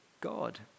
God